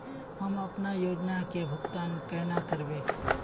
हम अपना योजना के भुगतान केना करबे?